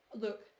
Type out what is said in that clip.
look